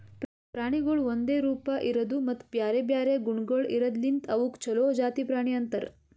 ಪ್ರಾಣಿಗೊಳ್ ಒಂದೆ ರೂಪ, ಇರದು ಮತ್ತ ಬ್ಯಾರೆ ಬ್ಯಾರೆ ಗುಣಗೊಳ್ ಇರದ್ ಲಿಂತ್ ಅವುಕ್ ಛಲೋ ಜಾತಿ ಪ್ರಾಣಿ ಅಂತರ್